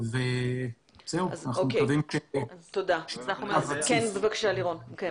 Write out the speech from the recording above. אנחנו כן רואים את החשיבות, כן פעלנו ואנחנו